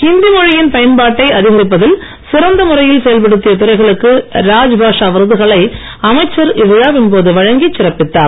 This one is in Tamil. ஹிந்தி மொழியின் பயன்பாட்டை அதிகரிப்பதில் சிறந்த முறையில் செயல்படுத்திய துறைகளுக்கு ராஜ்பாஷா விருதுகளை அமைச்சர் இவ்விழாவின் போது வழங்கி சிறப்பித்தார்